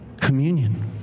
Communion